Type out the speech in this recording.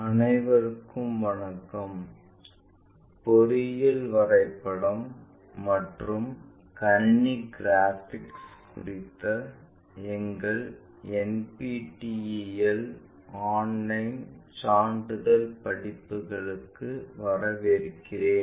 அனைவருக்கும் வணக்கம் பொறியியல் வரைபடம் மற்றும் கணினி கிராபிக்ஸ் குறித்த எங்கள் NPTEL ஆன்லைன் சான்றிதழ் படிப்புகளுக்கு வரவேற்கிறேன்